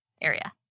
area